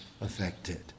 affected